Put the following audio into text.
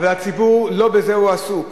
אבל הציבור לא בזה הוא עסוק.